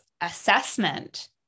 assessment